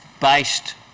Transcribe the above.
based